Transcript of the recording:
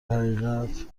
حقیقت